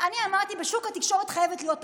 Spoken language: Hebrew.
אני אמרתי, בשוק התקשורת חייבת להיות תחרות.